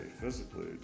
physically